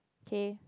K